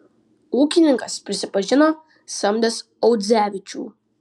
ūkininkas prisipažino samdęs audzevičių